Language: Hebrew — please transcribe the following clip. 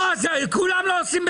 לא, אז כולם לא עושים בסדר.